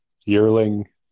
yearling